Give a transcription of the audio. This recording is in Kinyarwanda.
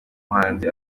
muhanzi